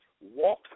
walk